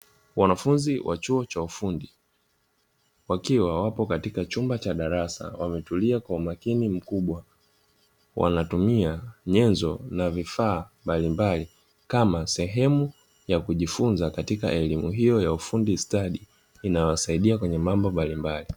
Wanafunzi wa chuo cha ufundi, wakiwa wapo katika chumba cha darasa wametulia kwa umakini mkubwa, wanatumia nyenzo na vifaa mbalimbali kama sehemu ya kujifunza katika elimu hiyo ya ufundi stadi, inayowasaidia kwenye mambo mbalimbali.